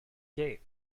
cave